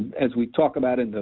as we talk about it,